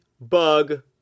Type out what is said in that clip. bug